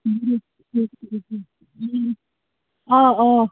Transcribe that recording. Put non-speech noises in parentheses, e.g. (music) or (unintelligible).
(unintelligible) آ آ